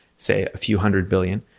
say, a few hundred billion.